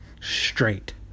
Straight